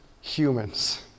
humans